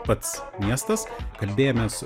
pats miestas kalbėjomės